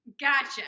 Gotcha